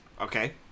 Okay